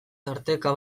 tarteka